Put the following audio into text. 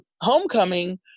Homecoming